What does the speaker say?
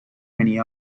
many